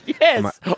Yes